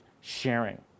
sharing